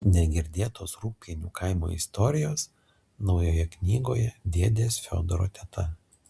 negirdėtos rūgpienių kaimo istorijos naujoje knygoje dėdės fiodoro teta